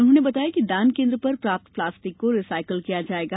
उन्होंने बताया कि दान केन्द्र पर प्राप्त प्लास्टिक को रीसाइकिल किया जाएगा